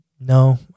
no